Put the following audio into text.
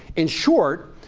in short,